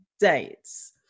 dates